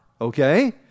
okay